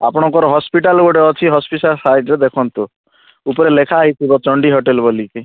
ଆପଣଙ୍କର ହସ୍ପିଟାଲ ଗୋଟେ ଅଛି ସାଇଡ଼୍ରେ ଦେଖନ୍ତୁ ଉପରେ ଲେଖା ହେଇଥିବ ଚଣ୍ଡୀ ହୋଟେଲ ବୋଲିକି